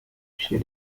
she